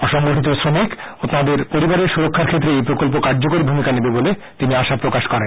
অসংগঠিত শ্রমিক ও তাদের পরিবারের সুরক্ষার ক্ষেত্রে এই প্রকল্প কার্যকরী ভূমিকা নেবে বলে তিনি আশা প্রকাশ করেন